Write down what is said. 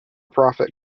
profit